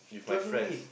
two thousand fourteen